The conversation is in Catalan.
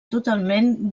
totalment